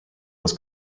was